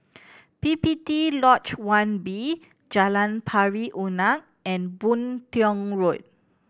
P P T Lodge One B Jalan Pari Unak and Boon Tiong Road